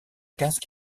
casque